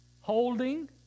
holding